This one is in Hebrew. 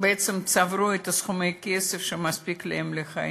בעצם צברו את סכומי הכסף שמספיקים להם לחיים.